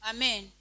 Amen